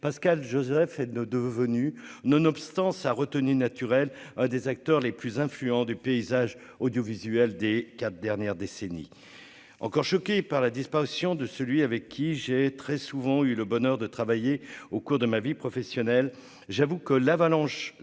Pascal Josèphe et nos devenu nonobstant sa retenue naturelle, un des acteurs les plus influents du paysage audiovisuel des 4 dernières décennies encore choqués par la disparition de celui avec qui j'ai très souvent eu le bonheur de travailler au cours de ma vie professionnelle j'avoue que l'avalanche